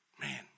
Man